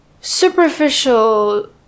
superficial